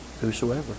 whosoever